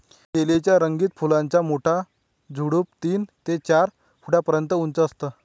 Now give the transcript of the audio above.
dahlia च्या रंगीत फुलांचा मोठा झुडूप तीन ते चार फुटापर्यंत उंच असतं